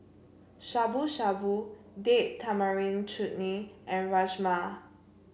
Shabu Shabu Date Tamarind Chutney and Rajma